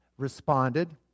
responded